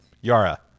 Yara